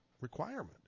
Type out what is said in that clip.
requirement